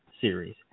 series